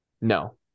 No